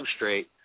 substrate